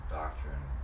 doctrine